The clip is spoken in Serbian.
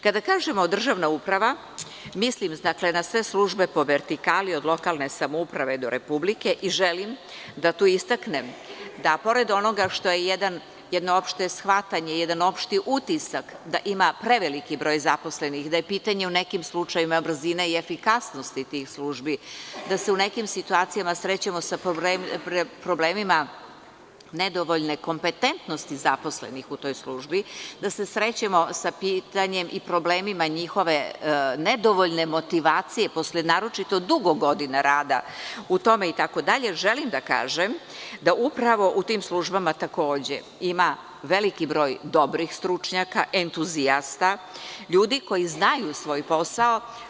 Kada kažemo državna uprava, mislim na sve službe po vertikali, od lokalne samouprave do Republike i želim da tu istaknem, da pored onoga što je jedno opšte shvatanje, jedan opšti utisak, da ima preveliki broj zaposlenih, da je pitanje u nekim slučajevima brzine i efikasnosti tih službi, da se u nekim situacijama srećemo sa problemima nedovoljne kompetentnosti zaposlenih u toj službi, da se srećemo sa pitanjem i problemima njihove nedovoljne motivacije posle naročito dugo godina rada u tome itd, želim da kažem da upravo u tim službama takođe ima veliki broj dobrih stručnjaka, entuzijasta, ljudi koji znaju svoj posao.